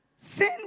Sin